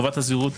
חובת הסבירות,